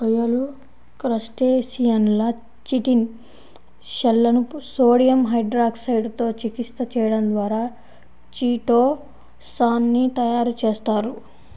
రొయ్యలు, క్రస్టేసియన్ల చిటిన్ షెల్లను సోడియం హైడ్రాక్సైడ్ తో చికిత్స చేయడం ద్వారా చిటో సాన్ ని తయారు చేస్తారు